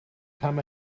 pam